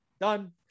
Done